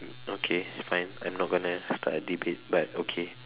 mm okay fine I'm not going to start a debate but okay